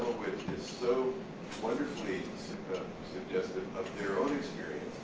which is so wonderfully suggestive of their own experience.